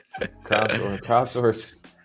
crowdsource